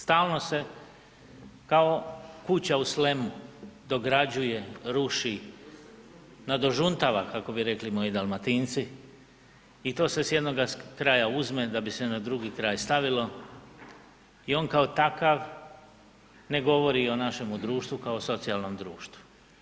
Stalno se kao kuća u slemu dograđuje, ruši, nadožuntava, kako bi rekli moji Dalmatinci i to se s jednoga kraja uzme da bi se na drugi kraj stavilo i on kao takav ne govori o našemu društvu kao socijalnom društvu.